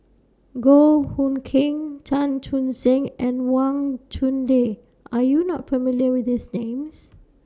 Goh Hood Keng Chan Chun Sing and Wang Chunde Are YOU not familiar with These Names